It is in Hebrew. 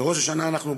בראש השנה אנחנו,